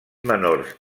menors